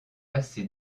assez